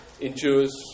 endures